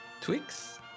Twix